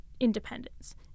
independence